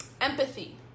empathy